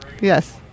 yes